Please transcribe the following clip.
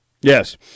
Yes